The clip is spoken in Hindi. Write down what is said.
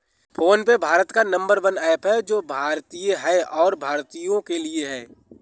फोन पे भारत का नंबर वन ऐप है जो की भारतीय है और भारतीयों के लिए है